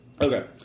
Okay